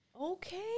Okay